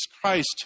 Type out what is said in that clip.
Christ